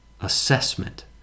assessment